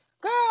Girl